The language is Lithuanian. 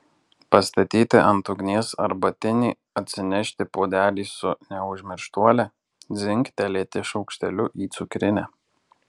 pastatyti ant ugnies arbatinį atsinešti puodelį su neužmirštuole dzingtelėti šaukšteliu į cukrinę